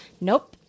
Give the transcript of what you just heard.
nope